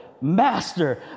master